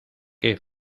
qué